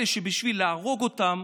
כאלה שבשביל להרוג אותם